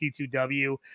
P2W